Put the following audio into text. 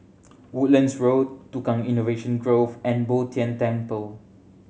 Woodlands Road Tukang Innovation Grove and Bo Tien Temple